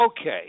okay